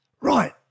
Right